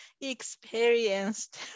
experienced